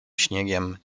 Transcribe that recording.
śniegiem